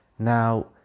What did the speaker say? Now